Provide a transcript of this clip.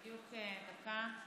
בדיוק דקה.